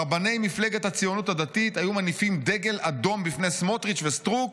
רבני מפלגת הציונות הדתית היו מניפים דגל אדום בפני סמוטריץ' וסטרוק,